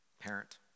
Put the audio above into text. parent